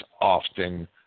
often